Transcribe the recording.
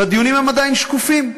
והדיונים עדיין שקופים.